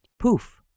Poof